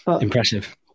Impressive